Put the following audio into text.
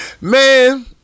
Man